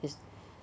is